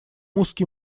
узкий